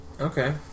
Okay